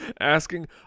asking